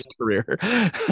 career